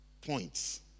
points